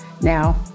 Now